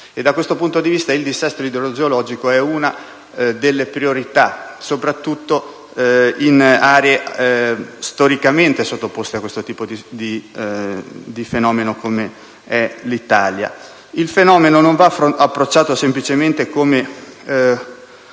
Da questo punto di vista, il dissesto idrogeologico è una delle priorità, soprattutto in aree storicamente sottoposte a questo tipo di fenomeno, come è l'Italia. Il fenomeno non va approcciato semplicemente come